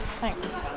Thanks